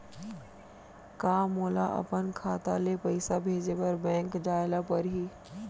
का मोला अपन खाता ले पइसा भेजे बर बैंक जाय ल परही?